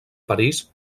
parís